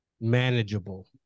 manageable